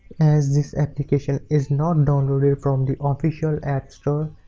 as this application is not and and from the official appstore.